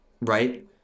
right